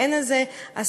ואין על זה הסדרה.